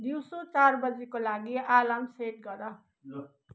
दिउँसो चार बजीको लागि आलार्म सेट गर